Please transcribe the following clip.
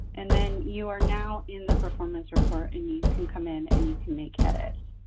and then you are now in the performance report and you can come in and you can make edits.